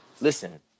listen